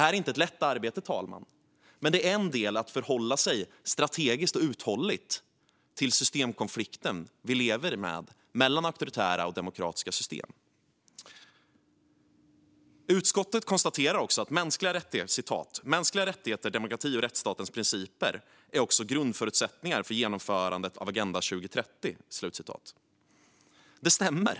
Detta är inte ett lätt arbete, men det är en del i att förhålla sig strategiskt och uthålligt till den systemkonflikt som vi lever med, mellan auktoritära och demokratiska system. Utskottet konstaterar också: "Mänskliga rättigheter, demokrati och rättsstatens principer är också grundförutsättningar för genomförandet av Agenda 2030." Det stämmer.